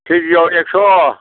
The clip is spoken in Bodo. केजियाव एकस'